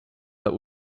but